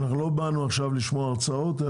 לא באנו לשמוע הרצאות,